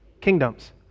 kingdoms